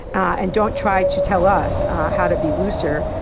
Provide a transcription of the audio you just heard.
and don't try to tell us how to be looser.